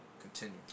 continue